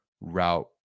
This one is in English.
route